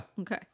Okay